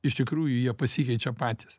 iš tikrųjų jie pasikeičia patys